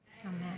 Amen